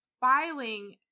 filing